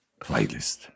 playlist